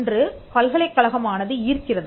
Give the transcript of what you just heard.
ஒன்று பல்கலைக்கழகமானது ஈர்க்கிறது